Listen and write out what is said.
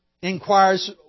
inquires